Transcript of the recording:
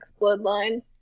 bloodline